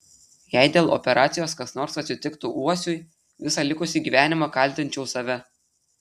jei dėl operacijos kas nors atsitiktų uosiui visą likusį gyvenimą kaltinčiau save